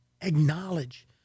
acknowledge